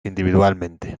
individualmente